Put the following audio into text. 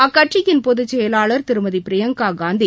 அக்கட்சியின் பொதுச்செயலாளர் திருமதிபிரியங்காகாந்தி